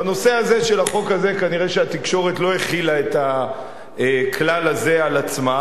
בנושא הזה של החוק הזה כנראה התקשורת לא החילה את הכלל הזה על עצמה.